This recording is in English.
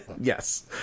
yes